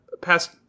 past